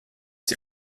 die